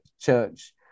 church